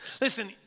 Listen